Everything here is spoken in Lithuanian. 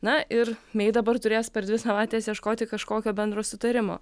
na ir mei dabar turės per dvi savaites ieškoti kažkokio bendro sutarimo